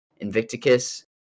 Invicticus